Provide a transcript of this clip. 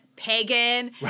pagan